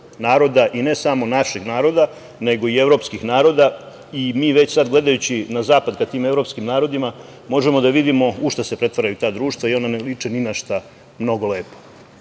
naroda i ne samo našeg naroda, nego i evropskih naroda i mi već sada gledajući na zapad ka tim evropskim narodima možemo da vidimo u šta se pretvaraju ta društva i da ona ne liče ni na šta mnogo lepo. Jedna